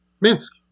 Minsk